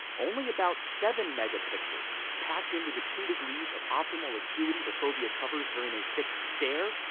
only about seven megapixels, packed into the two degrees of optimal acuity the fovea covers during a fixed stare,